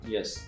Yes